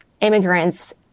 immigrants